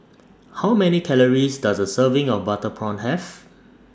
How Many Calories Does A Serving of Butter Prawn Have